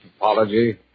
apology